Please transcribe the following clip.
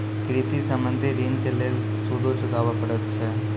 कृषि संबंधी ॠण के लेल सूदो चुकावे पड़त छै?